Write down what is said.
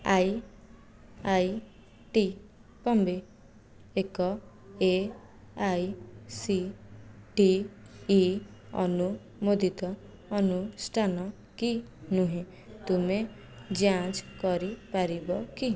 I I T Bombay ଏକ A I C T E ଅନୁମୋଦିତ ଅନୁଷ୍ଠାନ କି ନୁହେଁ ତୁମେ ଯାଞ୍ଚ କରିପାରିବ କି